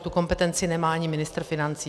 Tu kompetenci nemá ani ministr financí.